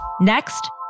Next